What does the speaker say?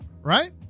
right